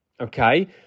okay